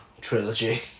Trilogy